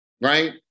right